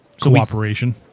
Cooperation